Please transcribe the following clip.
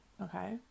okay